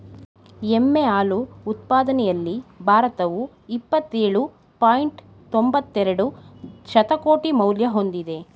ಎಮ್ಮೆ ಹಾಲು ಉತ್ಪಾದನೆಯಲ್ಲಿ ಭಾರತವು ಇಪ್ಪತ್ತೇಳು ಪಾಯಿಂಟ್ ತೊಂಬತ್ತೆರೆಡು ಶತಕೋಟಿ ಮೌಲ್ಯ ಹೊಂದಿದೆ